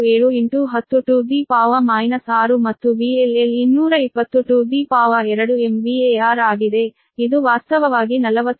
67 10 6 ಮತ್ತು VLL 2202 MVAR ಆಗಿದೆ ಇದು ವಾಸ್ತವವಾಗಿ 40